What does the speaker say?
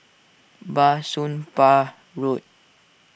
Bah Soon Pah Road